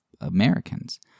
Americans